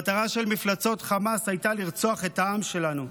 המטרה של מפלצות חמאס הייתה לרצוח את העם שלנו,